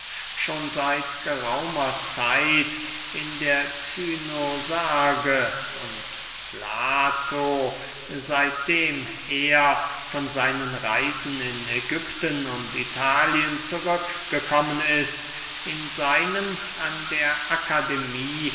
schon seit geraumer zeit in der cynosarge und plato seitdem er von seinen reisen in ägypten und italien zurück gekommen ist in seinem an der akademie